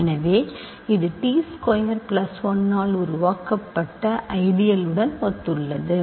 எனவே இது T square plus 1 ஆல் உருவாக்கப்பட்ட ஐடியல் உடன் ஒத்துள்ளது